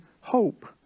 hope